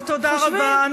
תודה רבה.